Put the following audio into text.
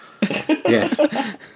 Yes